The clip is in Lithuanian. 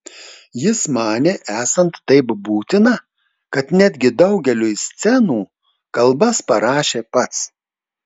jis manė esant taip būtina kad netgi daugeliui scenų kalbas parašė pats